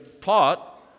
taught